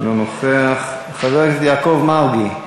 אינו נוכח, חבר הכנסת יעקב מרגי,